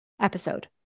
episode